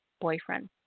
boyfriend